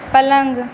पलङ्ग